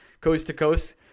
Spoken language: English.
coast-to-coast